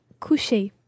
coucher